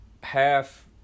half